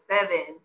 seven